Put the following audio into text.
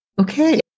Okay